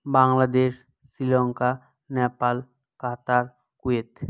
Bangladesh Sri Lanka Nepal Qatar Kuwait